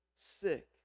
sick